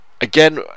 again